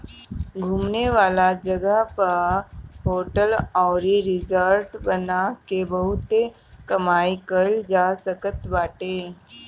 घूमे वाला जगही पअ होटल अउरी रिजार्ट बना के बहुते कमाई कईल जा सकत बाटे